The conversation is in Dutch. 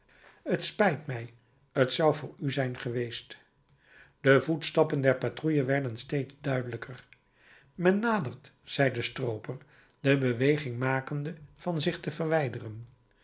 t spijt mij t zou voor u zijn geweest de voetstappen der patrouille werden steeds duidelijker men nadert zei de strooper de beweging makende van zich te verwijderen